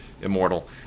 immortal